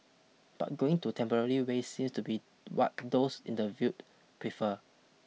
but going to temporary way seems to be what those interviewed prefer